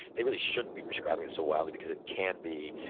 they really shouldn't be prescribing it so widely because it can be,